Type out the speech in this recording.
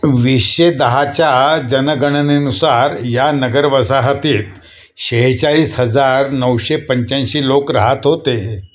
वीसशे दहाच्या जनगणनेनुसार या नगरवसाहतीत सेहेचाळीस हजार नऊशे पंच्याऐंशी लोक राहात होते